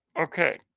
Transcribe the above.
Okay